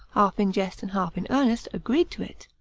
half in jest and half in earnest, agreed to it.